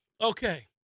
okay